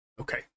Okay